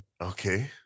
Okay